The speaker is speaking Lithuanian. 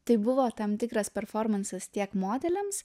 tai buvo tam tikras performansas tiek modeliams